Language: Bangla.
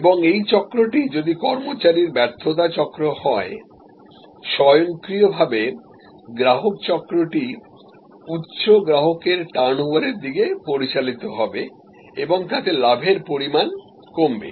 এবং এই চক্রটি যদি কর্মচারীর ব্যর্থতা চক্র হয় স্বয়ংক্রিয়ভাবে গ্রাহক চক্রটি উচ্চ গ্রাহকের টার্নওভারের দিকে পরিচালিত হবে এবং তাতে লাভের পরিমাণ কমবে